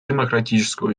демократическую